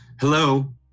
hello